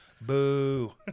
Boo